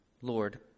Lord